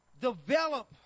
develop